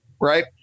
right